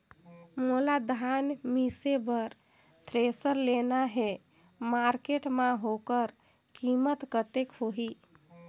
मोला धान मिसे बर थ्रेसर लेना हे मार्केट मां होकर कीमत कतेक होही?